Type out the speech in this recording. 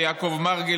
ליעקב מרגי,